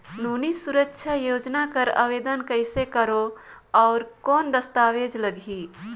नोनी सुरक्षा योजना कर आवेदन कइसे करो? और कौन दस्तावेज लगही?